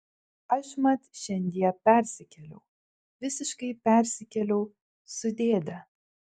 aš mat šiandie persikėliau visiškai persikėliau su dėde